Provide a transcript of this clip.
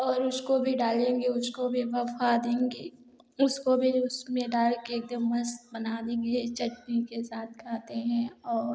और उसको भी डालेंगे उसको भी बफ़ा देंगे उसको भी उसमें डाल के एकदम मस्त बना देंगे चटनी के साथ खाते हैं और